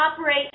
operate